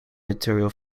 material